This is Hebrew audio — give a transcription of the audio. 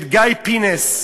של גיא פינס,